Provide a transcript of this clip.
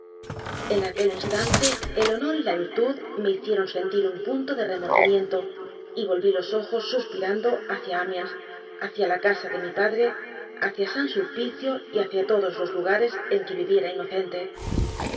en aquel instante el honor y la virtud me hicieron sentir un punto de remor dimiento y volví los ojos suspirando hacia amiens hacia la casa de mi padre hacia san sulpicio y hacia todos los lugares en que viviera